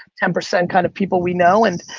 ten percent kind of people we know, and